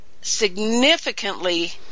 significantly